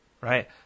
right